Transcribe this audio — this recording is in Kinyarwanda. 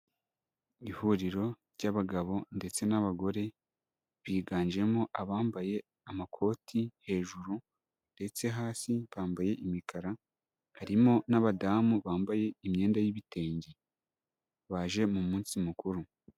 Ihuriro ry'abagabo ndetse n'abagore biganjemo abambaye amakoti hejuru, ndetse hasi bambaye imikara, harimo n'abadamu bambaye imyenda y'ibitenge. Baje mu munsi mukuru.